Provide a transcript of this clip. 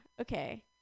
Okay